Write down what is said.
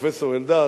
פרופסור אלדד,